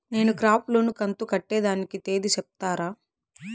నేను crop loan కంతు కట్టేదానికి తేది సెప్తారా?